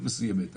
למי שיודע,